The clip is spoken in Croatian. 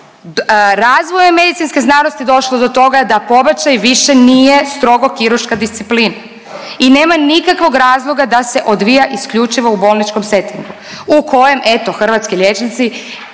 razvojem medicinske znanosti došlo do toga da pobačaj više nije strogo kirurška disciplina i nema nikakvog razloga da se odvija isključivo u bolničkom sektoru u kojem eto hrvatski liječnici